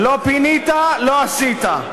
"לא פינית, לא עשית".